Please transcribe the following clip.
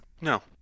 No